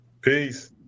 Peace